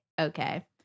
Okay